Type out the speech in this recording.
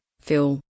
Phil